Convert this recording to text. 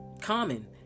common